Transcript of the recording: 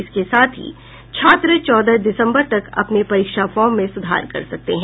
इसके साथ ही छात्र चौदह दिसंबर तक अपने परीक्षा फॉर्म में सुधार कर सकते हैं